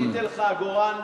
לא תיתן לך אגורה נוספת.